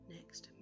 Next